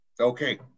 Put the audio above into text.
Okay